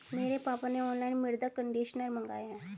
मेरे पापा ने ऑनलाइन मृदा कंडीशनर मंगाए हैं